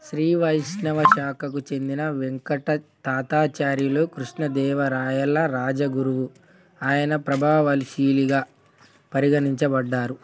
శ్రీ వైష్ణవ శాఖకు చెందిన వెంకట తాతాచార్యులు కృష్ణ దేవరాయల రాజగురువు ఆయన ప్రభావశీలిగా పరిగణించబడ్డారు